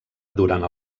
durant